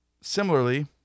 similarly